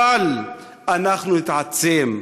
אבל אנחנו נתעצם,